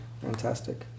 Fantastic